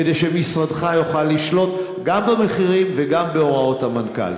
כדי שמשרדך יוכל לשלוט גם במחירים וגם בהוראות המנכ"ל.